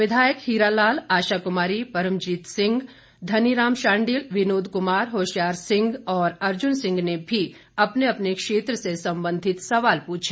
विधायक हीरा लाल आशा कुमारी परमजीत सिंह धनीराम शांडिल विनोद कुमार होशियार सिंह और अर्जुन सिंह ने भी अपने अपने क्षेत्र से संबंधित सवाल पूछे